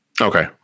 Okay